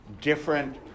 different